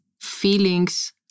feelings